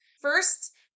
first